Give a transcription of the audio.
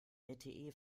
lte